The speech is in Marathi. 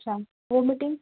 अच्छा वोमिटिंग